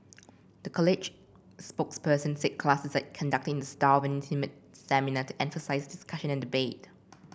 the college spokesperson said classes are conducted in the style of an intimate seminar to emphasise discussion and debate